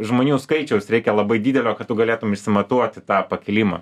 žmonių skaičiaus reikia labai didelio kad tu galėtum išsimatuoti tą pakilimą